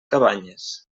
cabanyes